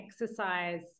exercise